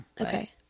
Okay